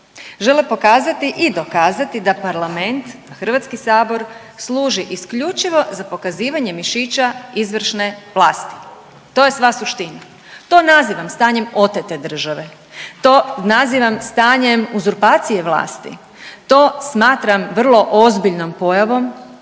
žele pokazati i dokazati da Parlament, HS služi isključivo za pokazivanje mišića izvršne vlasti, to je sva suština. To nazivam stanjem otete države, to nazivam stanjem uzurpacije vlasti, to smatram vrlo ozbiljnom pojavom